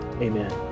amen